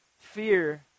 fear